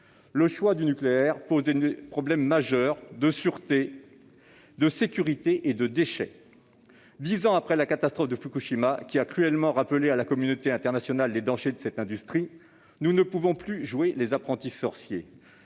Le choix du nucléaire pose des problèmes majeurs de sûreté, de sécurité et de déchets. Dix ans après la catastrophe de Fukushima, qui a cruellement rappelé à la communauté internationale les dangers de cette industrie, nous ne pouvons plus jouer les apprentis sorciers.